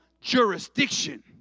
jurisdiction